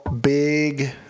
big